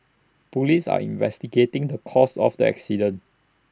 Police are investigating the cause of the accident